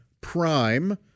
Prime